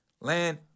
Land